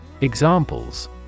Examples